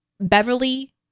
Beverly